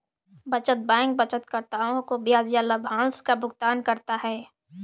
बचत बैंक बचतकर्ताओं को ब्याज या लाभांश का भुगतान करता है